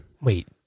Wait